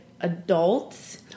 adults